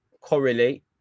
correlate